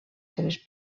seves